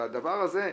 בדבר הזה,